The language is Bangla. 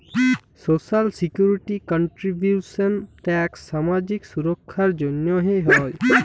সোশ্যাল সিকিউরিটি কল্ট্রীবিউশলস ট্যাক্স সামাজিক সুরক্ষার জ্যনহে হ্যয়